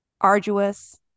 arduous